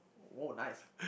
oh nice